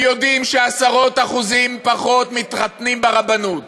הם יודעים שעשרות אחוזים פחות מתחתנים ברבנות.